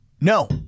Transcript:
No